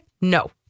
no